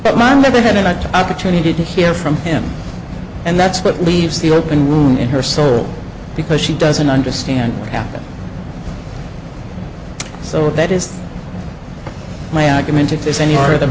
that man never had an opportunity to hear from him and that's what leaves the open room in her soul because she doesn't understand happen so that is my argument if there's any